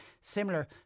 similar